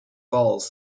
falls